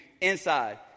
inside